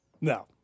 No